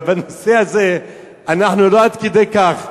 אבל בנושא הזה אנחנו לא עד כדי כך,